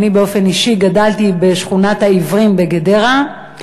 אני גדלתי בשכונת העיוורים בגדרה,